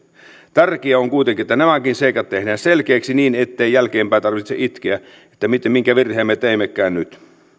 tärkeää on kuitenkin että nämäkin seikat tehdään selkeiksi niin ettei jälkeenpäin tarvitse itkeä että minkä virheen me teimmekään nyt